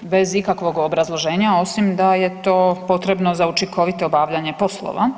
bez ikakvog obrazloženja osim da je to potrebno za učinkovito obavljanje poslova.